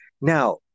now